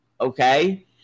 Okay